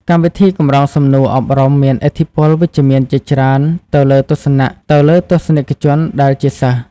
កម្មវិធីកម្រងសំណួរអប់រំមានឥទ្ធិពលវិជ្ជមានជាច្រើនទៅលើទស្សនិកជនដែលជាសិស្ស។